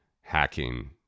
hacking